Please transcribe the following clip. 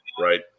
Right